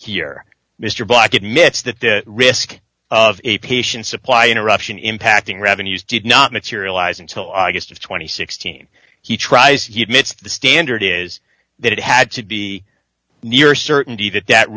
here mr black admits that the risk of a patient supply interruption impacting revenues did not materialize until august of two thousand and sixteen he tries you admit the standard is that it had to be near certainty that that